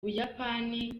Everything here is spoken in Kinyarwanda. buyapani